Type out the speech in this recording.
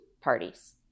parties